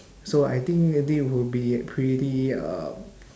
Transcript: so I think really would be pretty uh